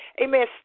amen